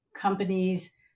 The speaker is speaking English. companies